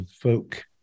folk